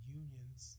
unions